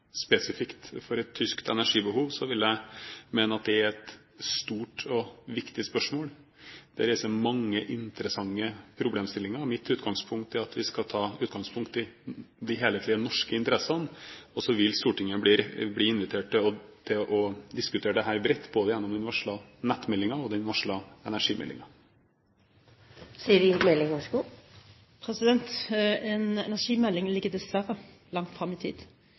spesifikt til å dekke et tysk energibehov, vil jeg mene at det er et stort og viktig spørsmål. Det reiser mange interessante problemstillinger. Mitt utgangspunkt er at vi skal ta utgangspunkt i de helhetlig norske interessene. Så vil Stortinget bli invitert til å diskutere dette bredt i forbindelse med både den varslede nettmeldingen og den varslede energimeldingen. En energimelding ligger dessverre langt frem i tid. Disse spørsmålene trenger en avklaring raskt, fordi behovet vil oppstå i løpet av kort tid,